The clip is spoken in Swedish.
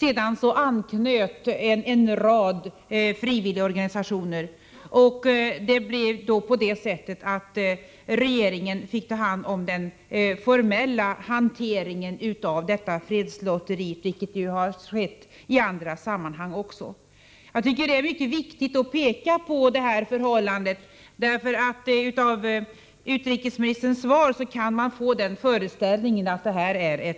Sedan anknöt en rad frivilligorganisationer. Det blev då på det sättet att regeringen fick ta hand om den formella hanteringen av detta fredslotteri — vilket ju har skett även i andra sammanhang. Jag tycker det är mycket viktigt att peka på detta förhållande, därför att av utrikesministerns svar kan man få den föreställningen att det här är